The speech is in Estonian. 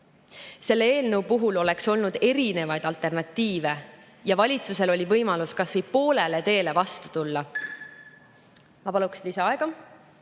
Selle eelnõu puhul oleks olnud erinevaid alternatiive ja valitsusel oli võimalus kas või poolele teele vastu tulla. Ma paluksin lisaaega